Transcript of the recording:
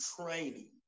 training